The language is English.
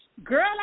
Girl